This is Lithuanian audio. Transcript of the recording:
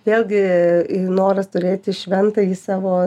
vėlgi noras turėti šventąjį savo